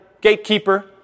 gatekeeper